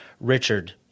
Richard